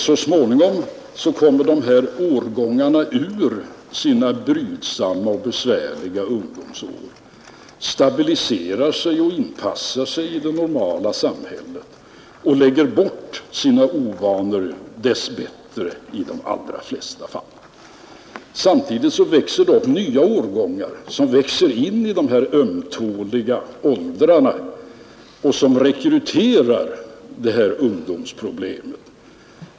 Så småningom kommer de här årgångarna ur sina brydsamma och besvärliga ungdomsår, stabiliserar sig och inpassar sig i det normala samhället och lägger bort sina ovanor. Dess bättre sker det i de allra flesta fall. Samtidigt växer nya årgångar in i de ömtåliga åldrar där det här problemet uppstår.